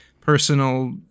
personal